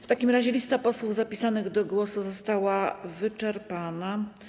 W takim razie lista posłów zapisanych do głosu została wyczerpana.